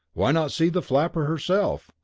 why not see the flapper herself?